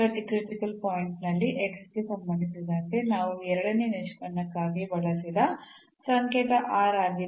ಪ್ರತಿ critical point ನಲ್ಲಿ ಗೆ ಸಂಬಂಧಿಸಿದಂತೆ ನಾವು ಎರಡನೇ ನಿಷ್ಪನ್ನಕ್ಕಾಗಿ ಬಳಸಿದ ಸಂಕೇತ r ಆಗಿದೆ